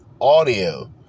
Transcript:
audio